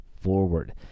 forward